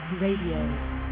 RADIO